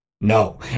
No